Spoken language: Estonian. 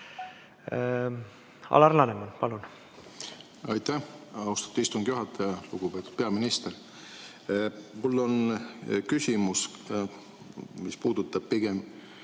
Alar Laneman, palun! Aitäh, austatud istungi juhataja! Lugupeetud peaminister! Mul on küsimus, mis puudutab pigem